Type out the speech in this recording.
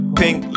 pink